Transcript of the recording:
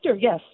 Yes